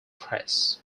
press